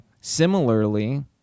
similarly